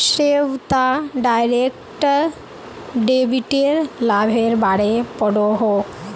Shweta direct डेबिटेर लाभेर बारे पढ़ोहो